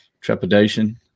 trepidation